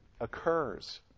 occurs